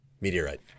meteorite